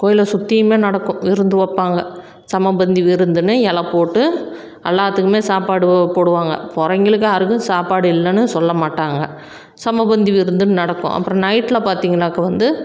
கோயிலை சுற்றியுமே நடக்கும் விருந்து வைப்பாங்க சமபந்தி விருந்துன்னு இல போட்டு எல்லாத்துக்குமே சாப்பாடு போடுவாங்க போகிறவைங்களுக்கு யாருக்கும் சாப்பாடு இல்லைன்னு சொல்லமாட்டாங்க சமபந்தி விருந்து நடக்கும் அப்புறம் நைட்ல பார்த்திங்கனாக்கா வந்து